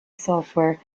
software